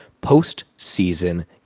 post-season